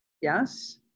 yes